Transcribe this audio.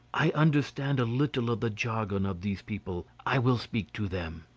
i understand a little of the jargon of these people, i will speak to them.